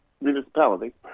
municipality